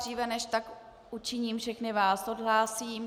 Dříve než tak učiním, všechny vás odhlásím.